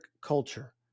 culture